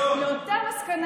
מה ההבדל?